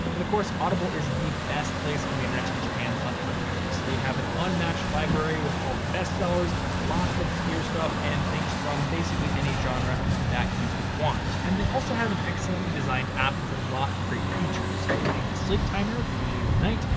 and of course, audible is the best place on the internet to get your hands on audiobooks. they have an unmatched library with all the best sellers, lots of obscure stuff and things from basically any genre that you could want. and they also have an excellently designed app with a lot of great features, including sleep timer for you using it at night,